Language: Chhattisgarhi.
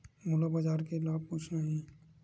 मोला बजार के भाव पूछना हे?